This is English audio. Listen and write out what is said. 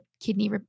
kidney